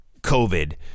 COVID